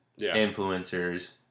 influencers